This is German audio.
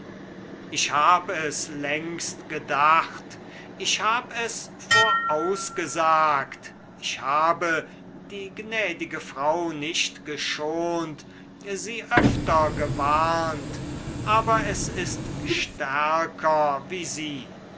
ich hab es längst gedacht ich habe es vorausgesagt ich habe die gnädige frau nicht geschont sie öfter gewarnt aber es ist stärker wie sie